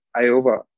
Iowa